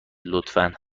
لطفا